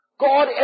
God